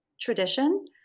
tradition